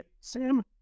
Sam